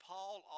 Paul